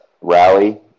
rally